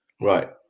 Right